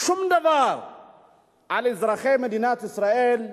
שום דבר על אזרחי מדינת ישראל.